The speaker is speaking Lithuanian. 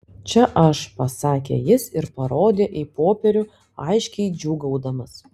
čia aš pasakė jis ir parodė į popierių aiškiai džiūgaudamas